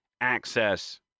access